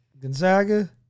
Gonzaga